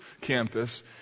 campus